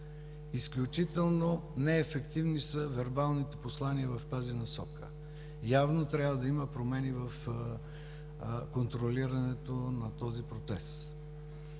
Изключително неефективни са вербалните послания в тази насока. Явно трябва да има промени в контролирането на този процес.